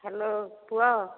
hello ପୁଅ